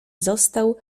został